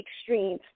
extreme